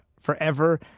forever